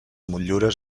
motllures